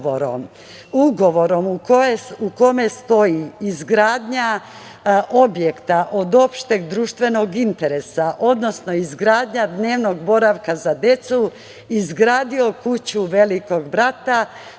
ugovorom u kome stoji izgradnja objekta od opšteg društvenog interesa, odnosno izgradnja dnevnog boravka za decu, izgradio kuću „Velikog brata“,